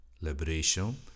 Liberation